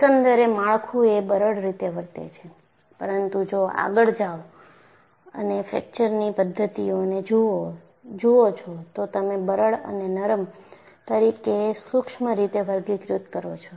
એકંદરે માળખું એ બરડ રીતે વર્તે છે પરંતુ જો આગળ જાઓ અને ફ્રેક્ચરની પદ્ધતિઓને જુઓ છો તો તમે બરડ અને નરમ તરીકે સૂક્ષ્મ રીતે વર્ગીકૃત કરો છો